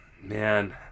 man